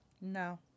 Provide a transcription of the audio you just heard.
No